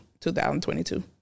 2022